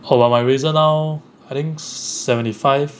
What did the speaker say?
hor but my razor now I think seventy five